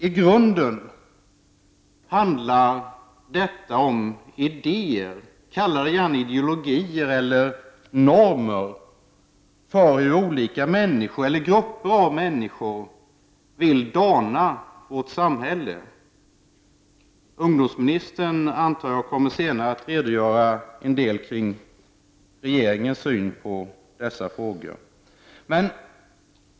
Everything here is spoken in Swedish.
I grunden handlar det här om idéer — kalla det gärna ideologier — eller normer för hur olika grupper av människor vill dana vårt samhälle. Jag antar att ungdomsministern senare kommer att redogöra för regeringens syn på dessa frågor.